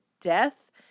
death